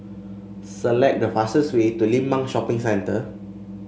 select the fastest way to Limbang Shopping Centre